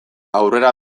aurrera